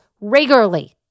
regularly